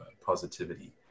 positivity